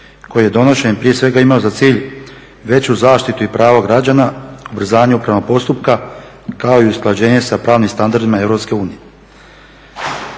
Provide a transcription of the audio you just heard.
koji je donesen i prije svega imao za cilj veću zaštitu i pravo građana, ubrzanje upravnog postupka kao i usklađenje sa pravnim standardima